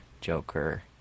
Joker